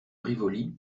rivoli